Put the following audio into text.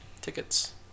tickets